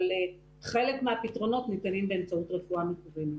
חלק מהפתרונות ניתנים באמצעות רפואה מקוונת.